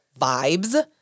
vibes